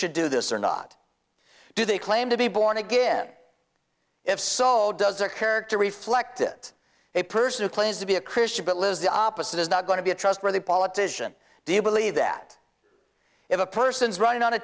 should do this or not do they claim to be born again if so does a character reflect it a person who claims to be a christian but lives the opposite is not going to be a trustworthy politician do you believe that if a person is running on a